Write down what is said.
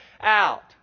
out